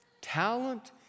Talent